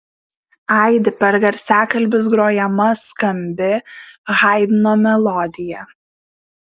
aidi per garsiakalbius grojama skambi haidno melodija